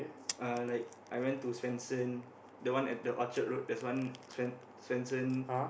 uh like I went to Swensen the one at the Orchard Road there's one Swen~ Swensen